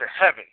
heaven